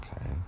Okay